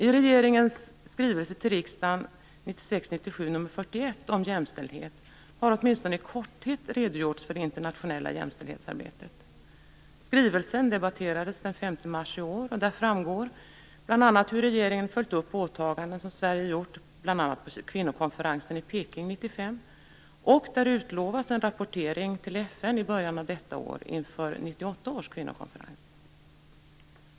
I regeringens skrivelse till riksdagen om jämställdhet, 1996/97:41, har det åtminstone i korthet redogjorts för det internationella jämställdhetsarbetet. Skrivelsen debatterades den 5 mars i år. Det framgår hur regeringen följt upp åtaganden som Sverige gjort bl.a. på kvinnokonferensen i Peking 1995. Det utlovas också en rapportering till FN i början av detta år inför 1998 års kvinnokonferens.